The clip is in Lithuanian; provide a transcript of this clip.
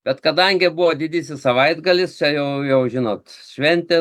bet kadangi buvo didysis savaitgalis čia jau jau žinot šventė